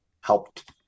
helped